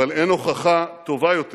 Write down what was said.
אבל אין הוכחה טובה יותר